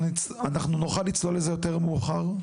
אנחנו נוכל לצלול לזה יותר מאוחר,